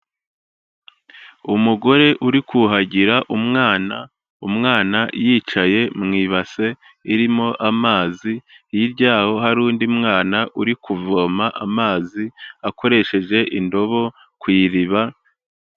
Umugore uri kuhagira umwana, umwana yicaye mu ibase irimo amazi, hirya yaho hari undi mwana uri kuvoma amazi akoresheje indobo ku iriba.